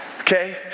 Okay